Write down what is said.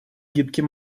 гибкий